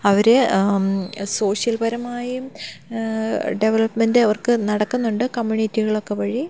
അവർ സോഷ്യൽപരമായും ഡെവലപ്മെൻറ് അവർക്ക് നടക്കുന്നുണ്ട് കമ്മ്യൂണിറ്റികളൊക്കെ വഴി